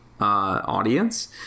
audience